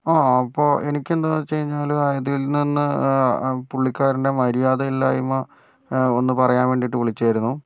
ആ അപ്പോൾ എനിക്കെന്താണെന്നു വെച്ച് കഴിഞ്ഞാൽ അതിൽ നിന്ന് പുള്ളിക്കാരൻ്റെ മര്യാദയില്ലായ്മ ഒന്നു പറയാൻ വേണ്ടിയിട്ട് വിളിച്ചയായിരുന്നു